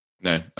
No